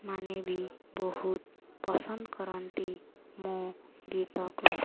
ମାନେ ବି ବହୁତ ପସନ୍ଦ କରନ୍ତି ମୋ ଗୀତକୁ